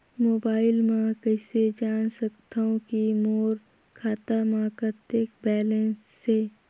Mobile म कइसे जान सकथव कि मोर खाता म कतेक बैलेंस से?